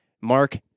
Mark